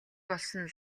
болсон